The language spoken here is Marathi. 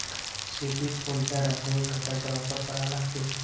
शेतीत कोनच्या रासायनिक खताचा वापर करा लागते?